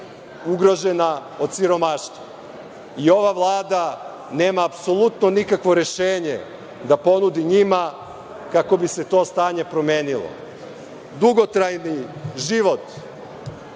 ugrožena od siromaštva. I ova Vlada nema apsolutno nikakvo rešenje da ponudi njima, kako bi se to stanje promenilo. Dugotrajni život